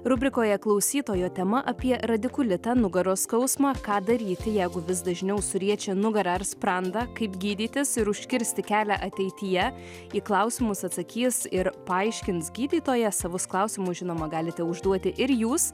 rubrikoje klausytojo tema apie radikulitą nugaros skausmą ką daryti jeigu vis dažniau suriečia nugarą ar sprandą kaip gydytis ir užkirsti kelią ateityje į klausimus atsakys ir paaiškins gydytojas savus klausimus žinoma galite užduoti ir jūs